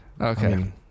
Okay